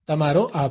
તમારો આભાર